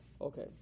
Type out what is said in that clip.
Okay